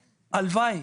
הלוואי.